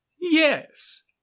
yes